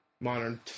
modern